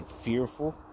fearful